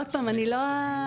עוד פעם, אני לא הכתובת.